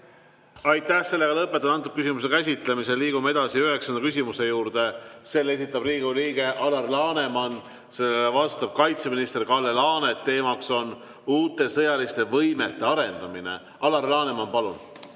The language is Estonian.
Aitäh! Lõpetan selle küsimuse käsitlemise. Liigume üheksanda küsimuse juurde. Selle esitab Riigikogu liige Alar Laneman, sellele vastab kaitseminister Kalle Laanet ja teema on uute sõjaliste võimete arendamine. Alar Laneman, palun!